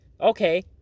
Okay